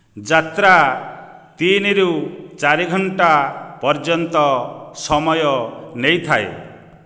ଯାତ୍ରା ତିନି ରୁ ଚାରି ଘଣ୍ଟା ପର୍ଯ୍ୟନ୍ତ ସମୟ ନେଇଥାଏ